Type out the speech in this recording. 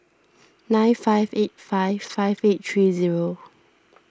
nine five eight five five eight three zero